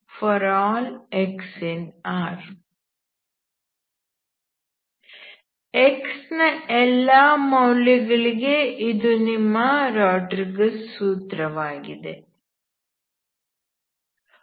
dndxnn∀x∈R x ನ ಎಲ್ಲಾ ಮೌಲ್ಯಗಳಿಗೆ ಇದು ನಿಮ್ಮ ರೊಡ್ರಿಗಸ್ ಸೂತ್ರ Rodrigues' formula ವಾಗಿದೆ